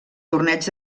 torneig